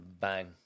bang